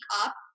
up